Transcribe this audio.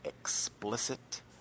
explicit